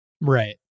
Right